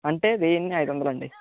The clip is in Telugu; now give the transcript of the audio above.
అంటే వెయ్యిన్ని అయిదు వందలు అండి